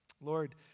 Lord